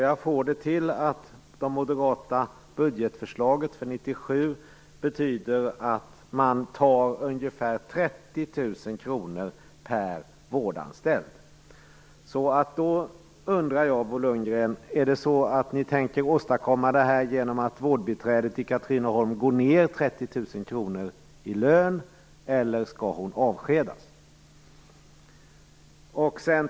Jag får det till att det moderata budgetförslaget för 1997 betyder att man tar ungefär 30 000 kr per vårdanställd. Då undrar jag, Bo Lundgren: Tänker ni åstadkomma det här genom att vårdbiträdet i Katrineholm går ned 30 000 kr i lön, eller skall hon avskedas?